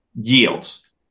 yields